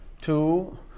two